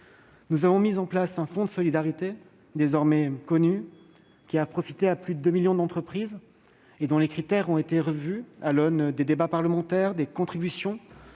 Nous avons mis en place un fonds de solidarité, aujourd'hui bien connu, qui a profité à plus de 2 millions d'entreprises et dont les critères ont été revus à l'aune des débats parlementaires et de diverses contributions.